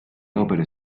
opere